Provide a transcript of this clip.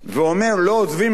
לא עוזבים את הבית,